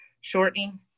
shortening